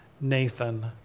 Nathan